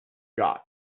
got